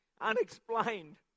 Unexplained